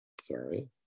sorry